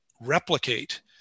replicate